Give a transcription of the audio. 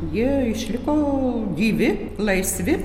jie išliko gyvi laisvi